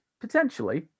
potentially